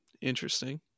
Interesting